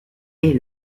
est